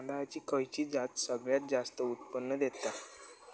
तांदळाची खयची जात सगळयात जास्त उत्पन्न दिता?